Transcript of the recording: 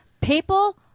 People